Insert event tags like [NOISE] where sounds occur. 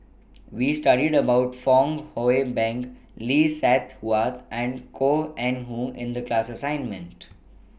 [NOISE] We studied about Fong Hoe Beng Lee Seng Huat and Koh Eng Hoon in The class assignment